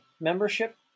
membership